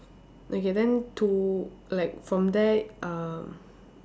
okay then to like from there uh